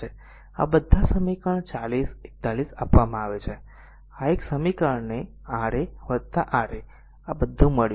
આ બધા સમીકરણ નંબર 40 41 આપવામાં આવ્યા છે તેથી એક સમીકરણને Ra a R a આ મળ્યા